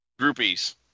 Groupies